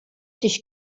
dich